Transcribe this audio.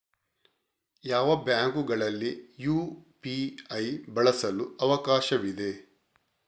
ಯಾವ ಬ್ಯಾಂಕುಗಳಲ್ಲಿ ಯು.ಪಿ.ಐ ಬಳಸಲು ಅವಕಾಶವಿದೆ?